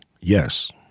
Yes